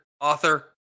author